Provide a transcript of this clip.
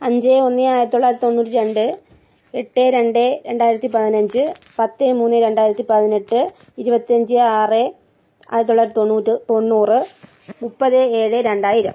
അഞ്ച് ഒന്ന് ആയിരത്തി തൊള്ളായിരത്തി തൊണ്ണൂറ്റി രണ്ട് എട്ട് രണ്ട് രണ്ടായിരത്തി പതിനഞ്ച് പത്ത് മൂന്ന് രണ്ടായിരത്തി പതിനെട്ട് ഇരുപത്തഞ്ച് ആറ് ആയിരത്തി തൊള്ളായിരത്തി തൊണ്ണൂറ്റി തൊണ്ണൂറ് മുപ്പത് ഏഴ് രണ്ടായിരം